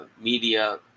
media